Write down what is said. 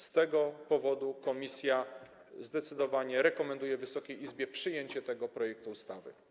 Z tego powodu komisja zdecydowanie rekomenduje Wysokiej Izbie przyjęcie tego projektu ustawy.